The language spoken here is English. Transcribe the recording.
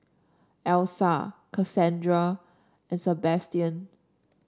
Elisa Kassandra and Sebastian